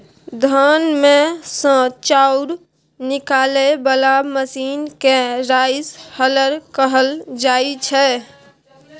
धान मे सँ चाउर निकालय बला मशीन केँ राइस हलर कहल जाइ छै